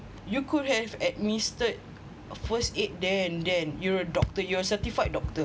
you could have administered a first aid there and then you're a doctor are certified doctor